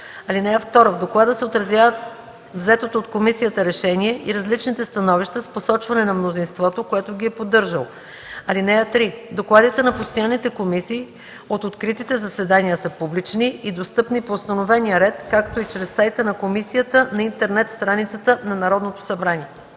(2) В доклада се отразяват взетото от комисията решение и различните становища с посочване на мнозинството, което ги е поддържало. (3) Докладите на постоянните комисии от откритите заседания са публични и достъпни по установения ред, както и чрез сайта на комисията на интернет страницата на Народното събрание.”